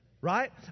Right